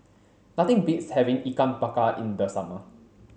nothing beats having ikan bakar in the summer